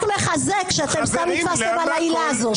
זה רק מחזק שאתם סתם נתפסתם על העילה הזאת,